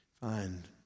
find